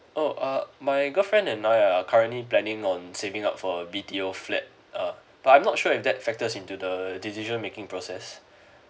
so uh my girlfriend and I are currently planning on saving up for a B_T_O flat uh but I'm not sure if that factors into the decision making process